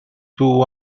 tuvo